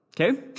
Okay